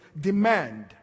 demand